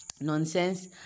nonsense